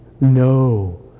no